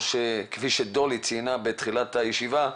כפי שדולי ציינה בתחילת הישיבה,